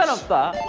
ah spy